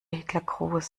hitlergruß